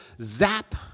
zap